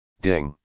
Ding